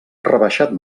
rebaixat